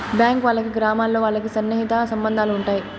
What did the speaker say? bank వాళ్ళకి గ్రామాల్లో వాళ్ళకి సన్నిహిత సంబంధాలు ఉంటాయి